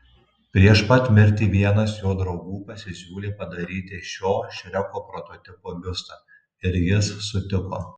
prieš pat mirtį vienas jo draugų pasisiūlė padaryti šio šreko prototipo biustą ir jis sutiko